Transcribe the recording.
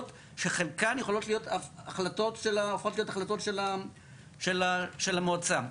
שחלקן הופכות להיות החלטות של המועצה,